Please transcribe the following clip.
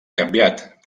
canviat